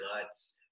guts